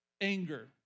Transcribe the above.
anger